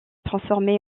transformé